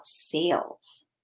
sales